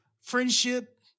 friendship